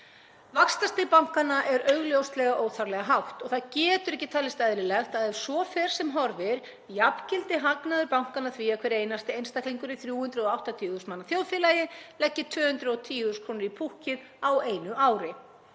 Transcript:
Vaxtastig bankanna er augljóslega óþarflega hátt og það getur ekki talist eðlilegt að ef svo fer sem horfir jafngildi hagnaður bankanna því að hver einasti einstaklingur í 380.000 manna þjóðfélagi leggi 210.000 kr. í púkkið á einu ári.